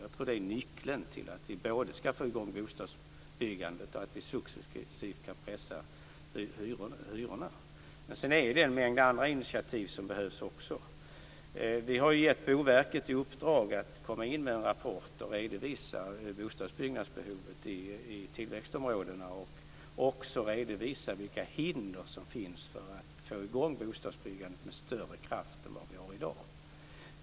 Jag tror att det är nyckeln till att vi både får i gång bostadsbyggandet och att vi successivt kan pressa ned hyrorna. Sedan är det en mängd andra initiativ som också behövs. Vi har gett Boverket i uppdrag att i en rapport redovisa bostadsbyggnadsbehovet i tillväxtområdena och vilka hinder som finns för att få i gång bostadsbyggandet med större kraft än i dag.